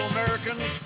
Americans